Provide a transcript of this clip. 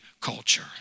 culture